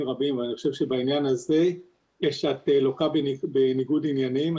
רבים אבל אני חושב שבעניין הזה את לוקה בניגוד עניינים.